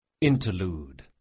INTERLUDE